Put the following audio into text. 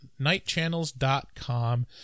Nightchannels.com